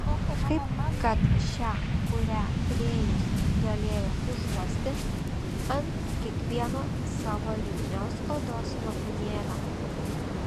kaip kad šią kurią rėjus galėjo užuosti ant kiekvieno savo lipnios odos lopinėlio